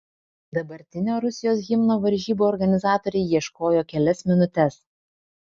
dabartinio rusijos himno varžybų organizatoriai ieškojo kelias minutes